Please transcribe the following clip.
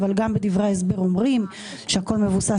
אבל גם בדברי הסבר אומרים שהכול מבוסס